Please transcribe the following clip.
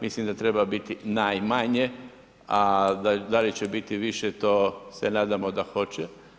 Mislim da treba biti najmanje, a da li će biti više, to nadamo se da hoće.